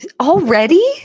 Already